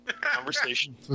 conversation